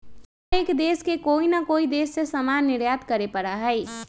हर एक देश के कोई ना कोई देश से सामान निर्यात करे पड़ा हई